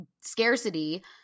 scarcity